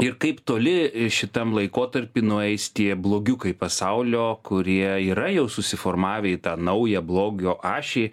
ir kaip toli šitam laikotarpy nueis tie blogiukai pasaulio kurie yra jau susiformavę į tą naują blogio ašį